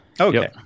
Okay